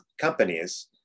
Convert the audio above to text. companies